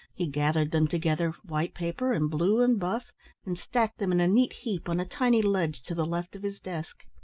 he gathered them together, white paper and blue and buff and stacked them in a neat heap on a tiny ledge to the left of his desk.